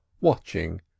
watching